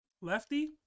Lefty